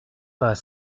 pas